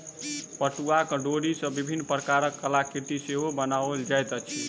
पटुआक डोरी सॅ विभिन्न प्रकारक कलाकृति सेहो बनाओल जाइत अछि